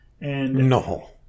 No